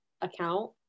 account